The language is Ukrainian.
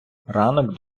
ранок